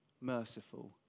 merciful